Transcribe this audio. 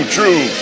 True